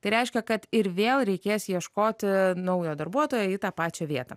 tai reiškia kad ir vėl reikės ieškoti naujo darbuotojo į tą pačią vietą